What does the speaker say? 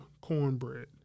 cornbread